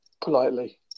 politely